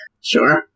Sure